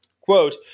Quote